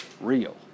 real